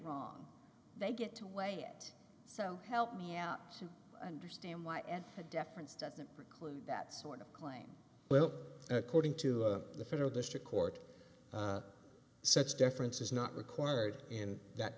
wrong they get to weigh it so help me out and understand why in a deference doesn't preclude that sort of claim well according to the federal district court such deference is not required in that